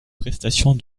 prestations